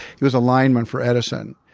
he was a lineman for edison.